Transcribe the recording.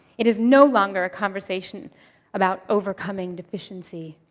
it is no longer a conversation about overcoming deficiency.